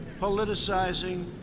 politicizing